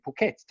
Phuket